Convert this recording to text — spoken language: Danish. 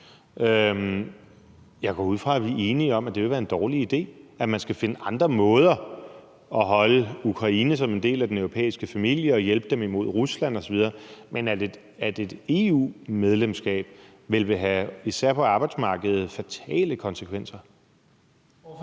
Jeg går ud fra, at vi er enige om, at det ville være en dårlig idé, og at man skal finde andre måder at holde Ukraine som en del af den europæiske familie og hjælpe dem imod Rusland osv., men at et EU-medlemskab især på arbejdsmarkedet vil have fatale konsekvenser. Kl.